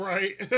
Right